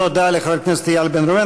תודה לחבר הכנסת איל בן ראובן.